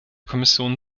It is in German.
kommission